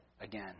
again